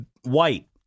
White